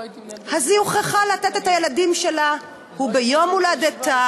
אז היא הוכרחה לתת את הילדים שלה, וביום הולדתה